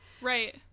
Right